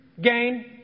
Gain